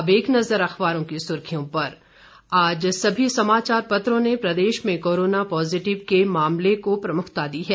अब एक नजर अखबारों की सुर्खियों पर आज सभी समाचार पत्रों ने प्रदेश में कोरोना पॉजिटिव के मामले को प्रमुखता दी है